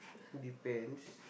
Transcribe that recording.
depends